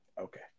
okay